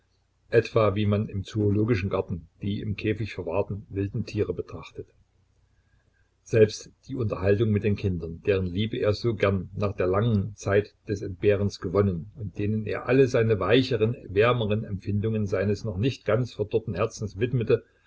etwa wie man im zoologischen garten die im käfig verwahrten wilden tiere betrachtet selbst die unterhaltung mit den kindern deren liebe er so gern nach der langen zeit des entbehrens gewonnen und denen er alle seine weicheren wärmeren empfindungen seines noch nicht ganz verdorrten herzens widmete